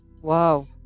wow